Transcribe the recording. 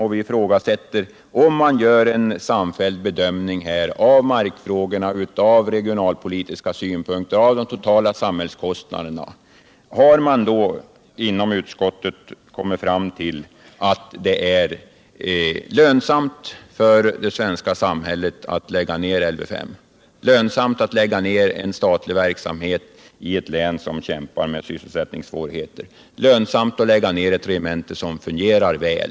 Har utskottet vid en samfälld bedömning av markfrågorna, av de regionalpolitiska frågorna och av de totala samhällskostnaderna kommit fram till att det är lönsamt för det svenska samhället att lägga ned Lv 5, att lägga ned en statlig verksamhet i ett län som kämpar med sysselsättningssvårigheter, att lägga ned ett regemente som fungerar väl?